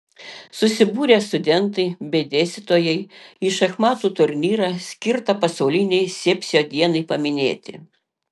susibūrė studentai bei dėstytojai į šachmatų turnyrą skirtą pasaulinei sepsio dienai paminėti